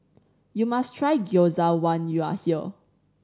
you must try Gyoza when you are here